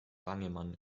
bangemann